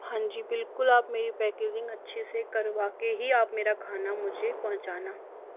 हाँ जी बिल्कुल आप मेरी पैकिजींग अच्छे से करवा के ही आप मेरा खाना मुझे पहुँचाना